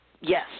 Yes